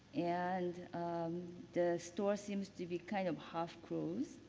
and the store seems to be kind of half closed.